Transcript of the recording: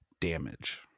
damage